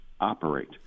operate